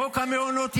חוק המעונות יעבור,